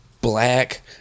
black